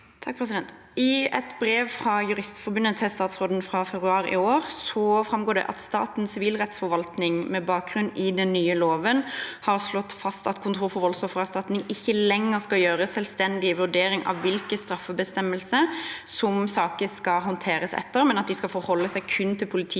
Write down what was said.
I et brev fra Juristforbundet til statsråden fra februar i år framgår det at Statens sivilrettsforvaltning med bakgrunn i den nye loven har slått fast at Kontoret for voldsoffererstatning ikke lenger skal foreta selvstendige vurderinger av hvilke straffebestemmelser saker skal håndteres etter, men at de kun skal forholde seg til politiets